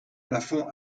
plafond